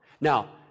Now